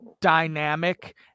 dynamic